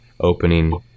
opening